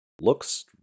looks